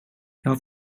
har